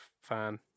fan